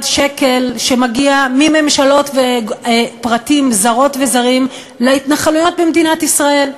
שקל שמגיע מממשלות ופרטים זרות וזרים להתנחלויות במדינת ישראל.